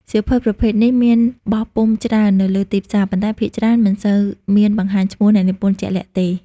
សៀវភៅប្រភេទនេះមានបោះពុម្ពច្រើននៅលើទីផ្សារ ប៉ុន្តែភាគច្រើនមិនសូវមានបង្ហាញឈ្មោះអ្នកនិពន្ធជាក់លាក់ទេ។